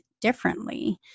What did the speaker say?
differently